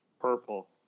Purple